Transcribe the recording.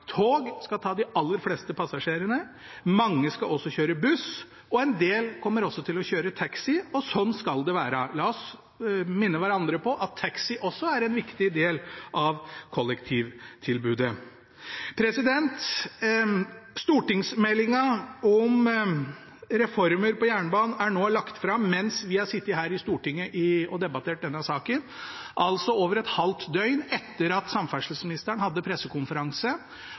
Tog skal ta de aller fleste passasjerene. Mange skal også kjøre buss, en del kommer til å kjøre taxi, og sånn skal det være. La oss minne hverandre om at taxi også er en viktig del av kollektivtilbudet. Stortingsmeldingen om reformer for jernbanen er nå lagt fram – mens vi har sittet her i Stortinget og debattert denne saken, altså over et halvt døgn etter at samferdselsministeren hadde pressekonferanse,